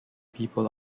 people